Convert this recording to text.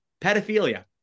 pedophilia